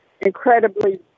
incredibly